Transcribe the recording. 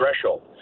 threshold